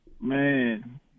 Man